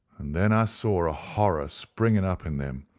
and then i saw a horror spring and up in them,